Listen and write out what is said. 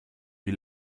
wie